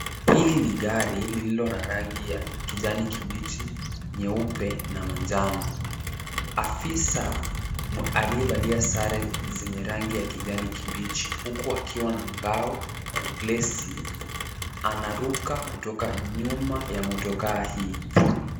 Hili ni gari lililo na rangi ya kijani kibichi, nyeupe na manjano. Afisa, aliyevalia sare zenye rangi ya kijani kibichi huku akiwa na ngao ya gilasi. Anaruka kutoka nyuma ya motokaa hii.